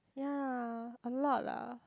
ya a lot lah